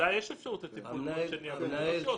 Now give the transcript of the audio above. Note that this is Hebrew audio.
בהסעה יש אפשרות לטיפול פולשני אבל לא אוטומטית